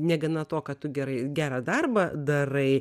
negana to kad tu gerai gerą darbą darai